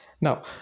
Now